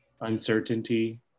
uncertainty